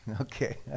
Okay